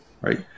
right